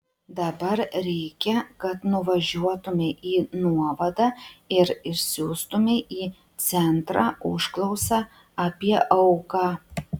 dabar reikia kad nuvažiuotumei į nuovadą ir išsiųstumei į centrą užklausą apie auką